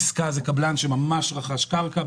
עסקה פירושה קבלן שממש רכש קרקע,